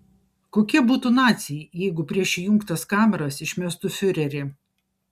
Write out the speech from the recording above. kokie būtų naciai jeigu prieš įjungtas kameras išmestų fiurerį